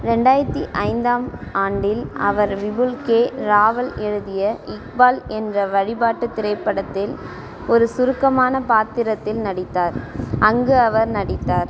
ரெண்டாயிரத்து ஐந்தாம் ஆண்டில் அவர் விபுல் கே ராவல் எழுதிய இக்பால் என்ற வழிபாட்டு திரைப்படத்தில் ஒரு சுருக்கமான பாத்திரத்தில் நடித்தார் அங்கு அவர் நடித்தார்